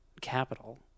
capital